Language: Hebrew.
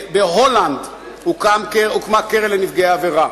בהולנד הוקמה קרן לנפגעי עבירה.